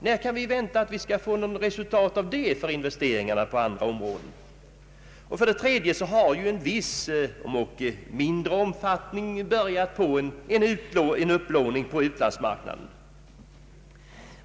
När kan vi vänta att detta skall medföra något resultat för investeringarna på andra områden? För det tredje har en viss upplåning, om ock i mindre omfattning, börjat på utlandsmarknaden.